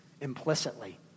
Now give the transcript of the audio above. implicitly